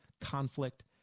conflict